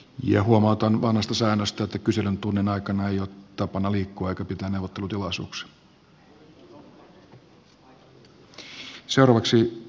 ja sitä kautta sitten luomaan mahdollisuuksia myös uuteen vientiin